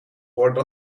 hoorde